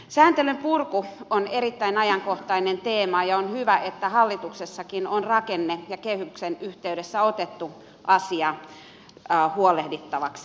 sääntelyn purku on erittäin ajankohtainen teema ja on hyvä että hallituksessakin on rakenne ja kehyksen yhteydessä otettu asia huolehdittavaksi